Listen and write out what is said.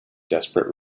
desperate